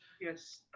Yes